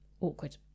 Awkward